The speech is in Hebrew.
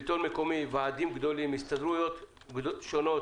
שלטון מקומי, ועדים גדולים, הסתדרויות שונות